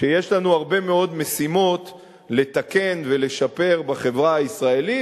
שיש לנו הרבה מאוד משימות לתקן ולשפר בחברה הישראלית.